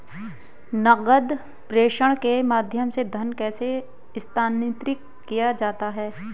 नकद प्रेषण के माध्यम से धन कैसे स्थानांतरित किया जाता है?